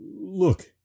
Look